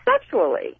sexually